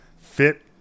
Fit